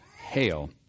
hail